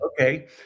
Okay